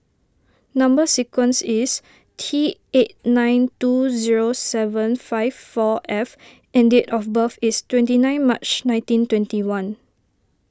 Number Sequence is T eight nine two zero seven five four F and date of birth is twenty nine March nineteen twenty one